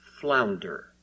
flounder